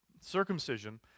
circumcision